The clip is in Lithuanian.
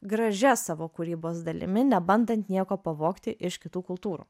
gražia savo kūrybos dalimi nebandant nieko pavogti iš kitų kultūrų